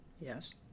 Yes